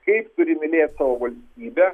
kaip turi mylėt savo valstybę